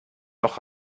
noch